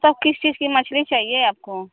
तो किस चीज की मछली चाहिए आपको